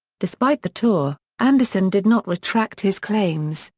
despite the tour, anderson did not retract his claims,